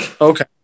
okay